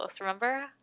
remember